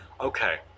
Okay